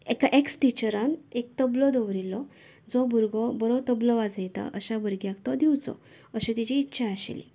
एका एक्स टिचरान एक तबलो दवरिल्लो जो भुरगो बरो तबलो वाजयता अश्या भुरग्याक तो दिवचो अशीं ताची इत्सा आशिल्ली